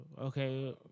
Okay